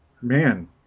man